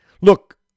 look